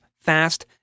fast